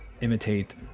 imitate